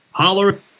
Holler